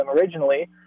originally